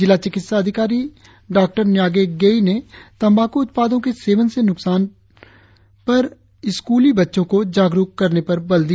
जिला चिकित्सा अधिकारी डाँ न्यागे गेई ने तंबाकू उत्पादो के सेवन से नुकसान पर के बारे में स्कूली बच्चो को जागरुक करने पर बल दिया